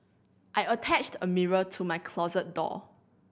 I attached a mirror to my closet door